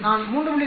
நான் 3